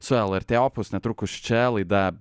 su lrt opus netrukus čia laida